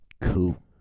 Cool